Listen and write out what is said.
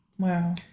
Wow